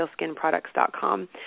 RealSkinProducts.com